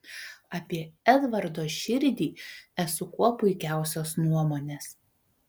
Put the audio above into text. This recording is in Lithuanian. apie edvardo širdį esu kuo puikiausios nuomonės